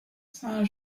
saint